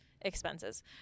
expenses